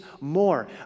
more